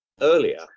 earlier